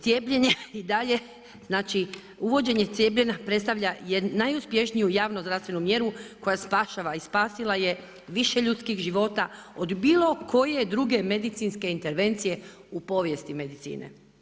Cijepljenje i dalje, znači uvođenje cijepljenja predstavlja najuspješniju javno zdravstvenu mjeru koja spašava i spasila je više ljudskih života od bilo koje druge medicinske intervencije u povijesti medicine.